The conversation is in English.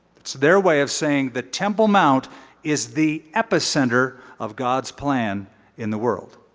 it's their way of saying the temple mount is the epicenter of god's plan in the world.